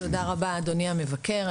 תודה רבה אדוני המבקר.